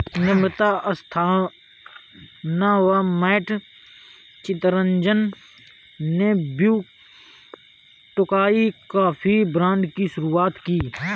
नम्रता अस्थाना व मैट चितरंजन ने Blue Tokai coffee brand की शुरुआत की